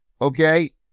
okay